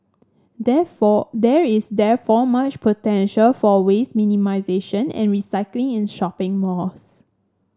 therefore there is therefore much potential for waste minimisation and recycling in shopping malls